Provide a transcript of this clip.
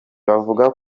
bavuga